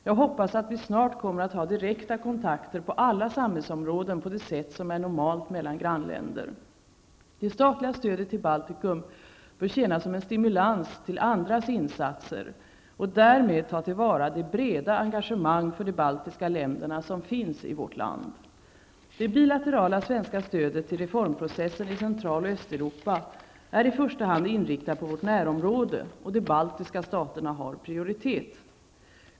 Jag hoppas att vi snart kommer att ha direkta kontakter på alla samhällsområden på det sätt som är normalt mellan grannländer. Det statliga stödet till Baltikum bör tjäna som en stimulans till andra insatser och därmed ta till vara det breda engagemang för de baltiska länderna som finns i vårt land. Central och Östeuropa är i första hand inriktat på vårt närområde. De baltiska staterna har prioritet.